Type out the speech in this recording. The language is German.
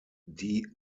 die